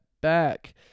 back